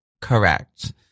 correct